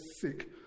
sick